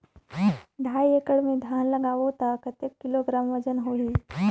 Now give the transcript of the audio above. ढाई एकड़ मे धान लगाबो त कतेक किलोग्राम वजन होही?